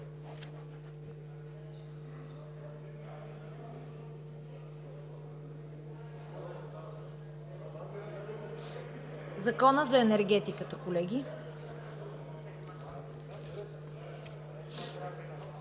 Закона за енергетиката. Моля,